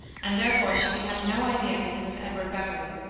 and therefore she could have no idea that he was edward beverley.